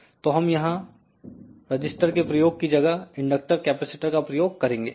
तो यहां हम रजिस्टर के प्रयोग की जगह इंडक्टर कैपेसिटर का प्रयोग करेंगे